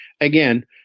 again